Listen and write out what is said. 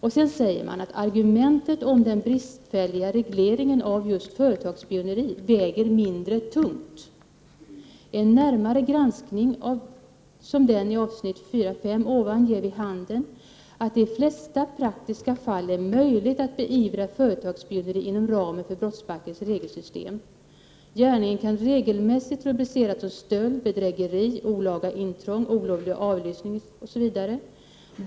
Vidare skriver utredningen: ”Argumentet om den bristfälliga regleringen av just företagsspioneri väger mindre tungt. En närmare granskning som den i avsnitt 4.5 ovan ger vid handen att det i de flesta praktiska fall är möjligt att beivra företagsspioneri inom ramen för brottsbalkens regelsystem. Gärningen kan regelmässigt rubriceras som stöld, bedrägeri, olaga intrång, olovlig avlyssning etc.